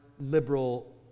liberal